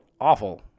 awful